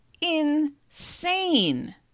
insane